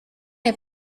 est